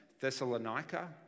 Thessalonica